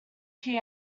key